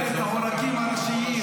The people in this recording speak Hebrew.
-- לחסום את העורקים הראשיים.